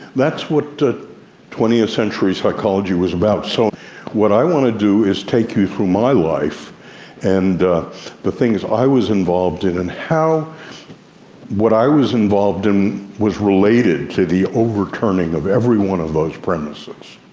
that's what twentieth century psychology was about, so what i want to do is take you through my life and the the things i was involved in, and how what i was involved in was related to the overturning of every one of those premises.